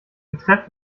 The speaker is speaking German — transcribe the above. betreff